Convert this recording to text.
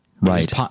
Right